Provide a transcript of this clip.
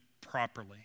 properly